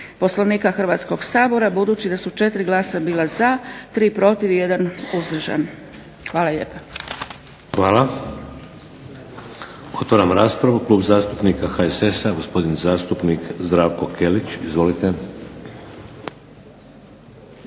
Poslovnika Hrvatskog sabora budući da su 4 glasa bila za, 3 protiv i 1 suzdržan. Hvala lijepa. **Šeks, Vladimir (HDZ)** Hvala. Otvaram raspravu. Klub zastupnika HSS-a gospodin zastupnik Zdravko Kelić. Izvolite.